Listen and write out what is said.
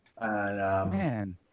Man